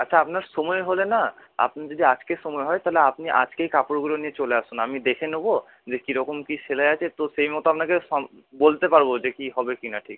আচ্ছা আপনার সময় হলে না আপনি যদি আজকে সময় হয় তাহলে আপনি আজকেই কাপড়গুলো নিয়ে চলে আসুন আমি দেখে নেবো যে কীরকম কী সেলাই আছে তো সেই মতো আপনাকে সম বলতে পারব যে কী হবে কি না ঠিক